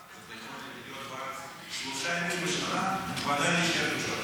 אתה יכול להיות בארץ שלושה ימים בשנה ועדיין להישאר תושב.